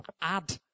add